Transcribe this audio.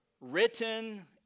written